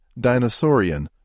dinosaurian